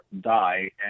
die